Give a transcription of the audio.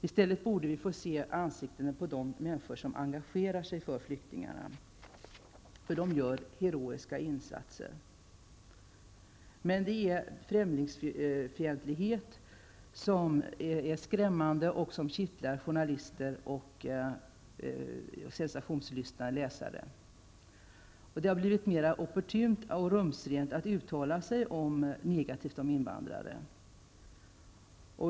I stället borde vi få se ansiktena på de människor som engagerat sig för flyktingarna, för de gör heroiska insatser. Men det är främlingsfientlighet som är skrämmande och som kittlar journalister och sensationslystna läsare. Det har blivit mera opportunt och rumsrent att uttala sig negativt om invandrare.